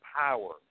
power